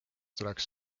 tuleks